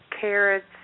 carrots